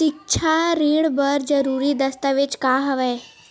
सिक्छा ऋण बर जरूरी दस्तावेज का हवय?